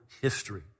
history